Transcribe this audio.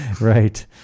Right